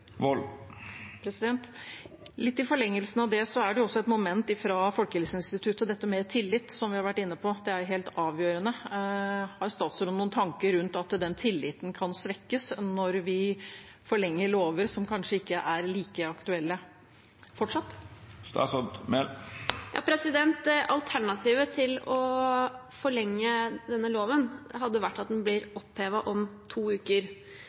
Litt i forlengelsen av det er også dette med tillit et moment fra Folkehelseinstituttet, som vi har vært inne på. Det er helt avgjørende. Har statsråden noen tanker rundt at den tilliten kan svekkes når vi forlenger lover som kanskje ikke er like aktuelle fortsatt? Alternativet til å forlenge denne loven hadde vært at den ble opphevet om to uker.